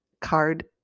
card